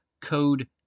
code